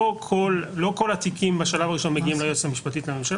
לא כל התיקים בשלב הראשון מגיעים ליועצת המשפטית לממשלה,